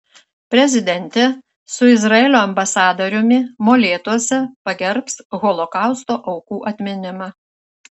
prezidentė su izraelio ambasadoriumi molėtuose pagerbs holokausto aukų atminimą